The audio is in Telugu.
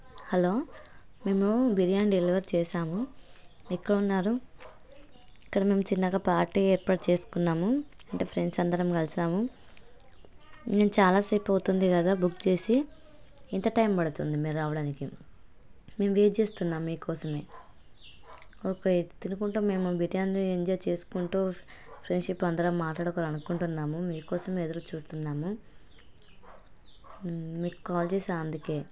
హలో మేము బిర్యానీ డెలివరీ చేసాము ఎక్కడ ఉన్నారు ఇక్కడ మేము చిన్నగా పార్టీ ఏర్పాటు చేసుకున్నాము అంటే ఫ్రెండ్స్ అందరం కలిసాము నేను చాలా సేపు అవుతుంది కదా బుక్ చేసి ఎంత టైమ్ పడుతుంది మీరు రావడానికి మేము వేచిస్తున్నాం మీకోసం ఓకే తినుకుంటు మేము బిర్యానీ ఎంజాయ్ చేసుకుంటు ఫ్రెండ్షిప్ అందరం మాట్లాడుకోవాలి అనుకుంటున్నాము మీకోసం ఎదురు చూస్తున్నాము మీకు కాల్ చేసాను అందుకు